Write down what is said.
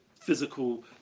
physical